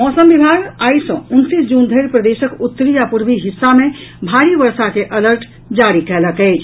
मौसम विभाग आई सॅ उनतीस जून धरि प्रदेशक उत्तरी आ पूर्वी हिस्सा मे भारी वर्षा के अलर्ट जारी कयलक अछि